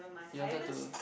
you wanted to